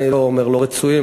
אני לא אומר לא רצויים,